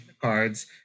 cards